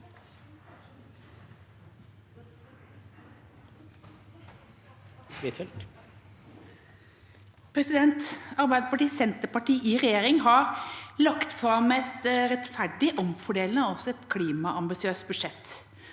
Arbeiderpartiet og Senterpartiet i regjering har lagt fram et rettferdig, omfordelende og klimaambisiøst budsjett.